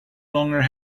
longer